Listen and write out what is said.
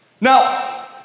Now